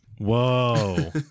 Whoa